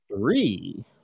three